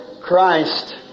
Christ